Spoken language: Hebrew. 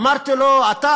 אמרתי לו: אתה,